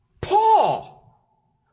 Paul